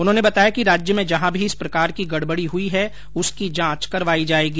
उन्होने बताया कि राज्य में जहां भी इस प्रकार की गडबडी हई है उसकी जॉच करवाई जाएगी